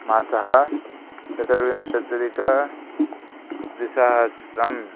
मासः चतुर्विंशत्यधिकद्विसहस्रं